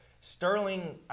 Sterling